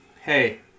hey